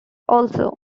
also